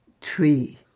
tree